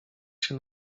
się